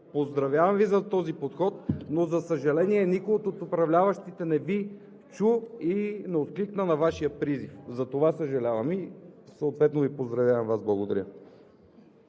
поздравявам Ви за този подход. За съжаление, никой от управляващите не Ви чу и не откликна на Вашия призив. За това съжалявам и съответно Ви поздравявам. Благодаря.